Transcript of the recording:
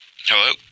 Hello